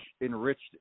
enriched